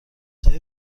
های